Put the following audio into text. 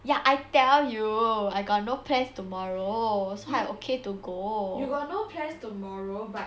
ya I tell you I got no plans tomorrow so I okay to go